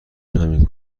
همین